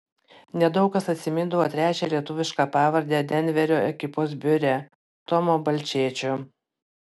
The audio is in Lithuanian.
nedaug kas atsimindavo trečią lietuvišką pavardę denverio ekipos biure tomo balčėčio